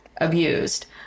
abused